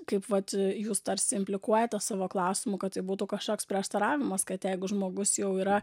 kaip vat jūs tarsi implikuojate savo klausimu kad tai būtų kažkoks prieštaravimas kad jeigu žmogus jau yra